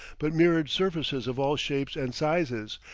but mirrored surfaces of all shapes and sizes,